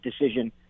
decision